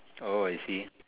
oh I see